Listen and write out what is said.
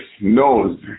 knows